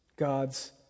God's